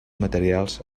materials